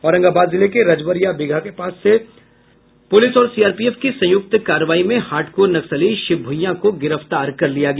औरंगाबाद जिले के रजवरिया बीघा के पास से पुलिस और सीआरपीएफ की संयुक्त कार्रवाई में हार्डकोर नक्सली शिव भुइयां को गिरफ्तार कर लिया गया